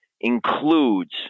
includes